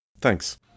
Thanks